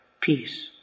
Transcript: Peace